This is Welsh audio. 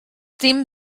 dim